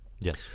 Yes